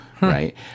Right